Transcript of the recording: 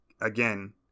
again